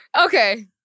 Okay